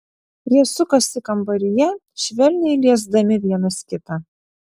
jie sukasi kambaryje švelniai liesdami vienas kitą